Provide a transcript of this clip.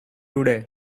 today